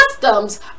customs